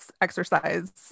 exercise